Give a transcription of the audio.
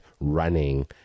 running